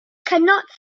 cannot